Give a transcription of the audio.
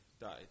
died